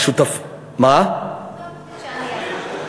זו תוכנית שאני יזמתי.